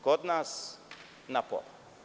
Kod nas na pola.